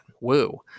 Woo